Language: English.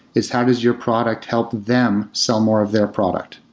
it's how does your product help them sell more of their product?